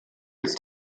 ist